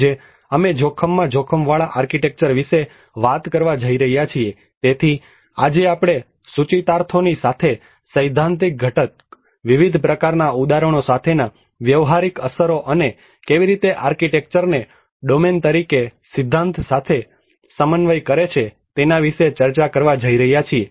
આજે અમે જોખમમાં જોખમવાળા આર્કિટેક્ચર વિશે વાત કરવા જઈ રહ્યા છીએ તેથી આજે આપણે સૂચિતાર્થોની સાથે સૈદ્ધાંતિક ઘટક વિવિધ પ્રકારના ઉદાહરણો સાથેના વ્યવહારિક અસરો અને કેવી રીતે આર્કિટેક્ચરને ડોમેન તરીકે સિદ્ધાંત સાથે સમન્વય કરે છે તેના વિશે ચર્ચા કરવા જઈ રહ્યા છીએ